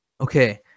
Okay